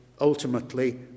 ultimately